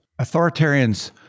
Authoritarians